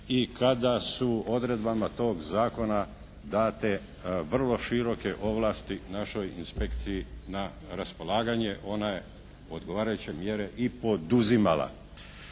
i kada su odredbama tog zakona date vrlo široke ovlasti našoj inspekciji na raspolaganje, ona je odgovarajuće mjere i poduzimala.